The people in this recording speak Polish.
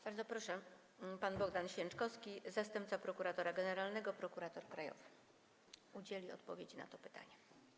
Bardzo proszę, pan Bogdan Święczkowski, zastępca prokuratora generalnego, prokurator krajowy, udzieli odpowiedzi na to pytanie.